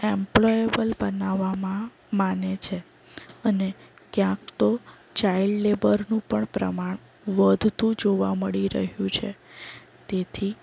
employable બનાવવામાં માને છે અને ક્યાંક તો ચાઇલ્ડ લેબરનું પણ પ્રમાણ વધતું જોવા મળી રહ્યું છે તેથી